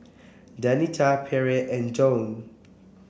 Danita Pierre and Joann